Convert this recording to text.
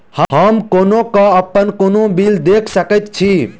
हम कोना कऽ अप्पन कोनो बिल देख सकैत छी?